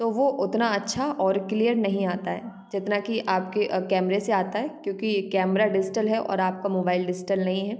तो वो उतना अच्छा और क्लियर नहीं आता है जितना कि आपके कैमरे से आता है क्योंकि कैमरा डिज़टल है और आपका मोबाईल डिज़टल नहीं हैं